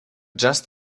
just